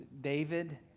David